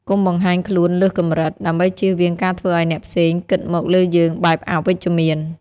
កុំបង្ហាញខ្លួនលើសកម្រិត ដើម្បីជៀសវាងការធ្វើឲ្យអ្នកផ្សេងគិតមកលើយើងបែបអវិជ្ជមាន។